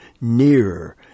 nearer